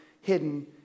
hidden